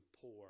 poor